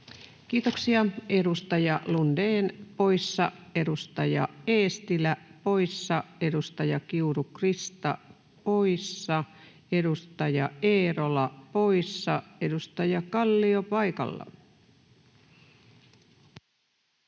Kiitoksia. — Edustaja Lundén poissa, edustaja Eestilä poissa, edustaja Kiuru, Krista poissa, edustaja Eerola poissa. — Edustaja Kallio paikalla.